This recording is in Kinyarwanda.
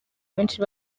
benshi